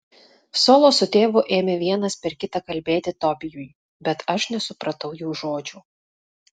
solo su tėvu ėmė vienas per kitą kalbėti tobijui bet aš nesupratau jų žodžių